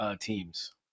teams